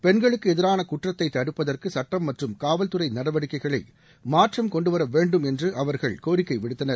பெண்களுக்கு எதிரான குற்றத்தை தடுப்பதற்கு சுட்டம் மற்றும் காவல்துறை நடவடிக்கைகளைமாற்றம் கொண்டு வர வேண்டும் என்று அவர்கள் கோரிக்கை விடுத்தனர்